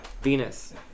Venus